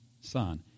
son